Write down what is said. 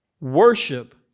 worship